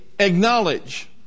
Acknowledge